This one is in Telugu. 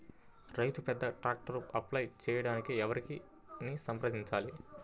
రైతు పెద్ద ట్రాక్టర్కు అప్లై చేయడానికి ఎవరిని సంప్రదించాలి?